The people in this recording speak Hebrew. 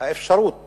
האפשרות